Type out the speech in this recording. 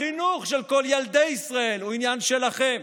החינוך של כל ילדי ישראל הוא עניין שלכם.